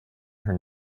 her